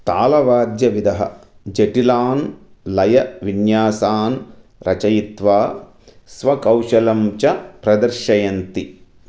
तालवाद्यविदः जटिलान् लयविन्यासान् रचयित्वा स्वकौशलं च प्रदर्शयन्ति